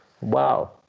wow